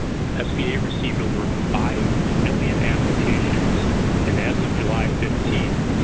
sba receives over five million applications and as of july fifteen,